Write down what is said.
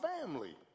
family